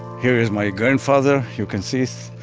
here is my grandfather. you can see,